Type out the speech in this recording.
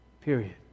period